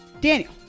Daniel